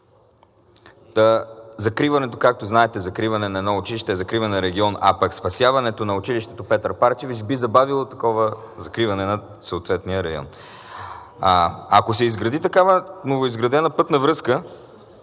Закриването на едно училище, както знаете, е закриване на регион, а пък спасяването на училището „Петър Парчевич“ би забавило такова закриване на съответния регион. Ако се изгради такава нова пътна връзка,